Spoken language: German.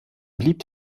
blieb